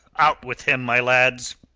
out with him, my lads.